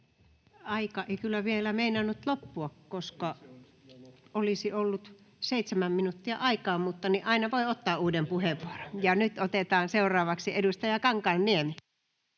Aika ei kyllä vielä meinannut loppua, koska olisi ollut seitsemän minuuttia aikaa, mutta aina voi ottaa uuden puheenvuoron. — Ja nyt otetaan seuraavaksi edustaja Kankaanniemi.